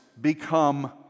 become